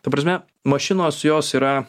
ta prasme mašinos jos yra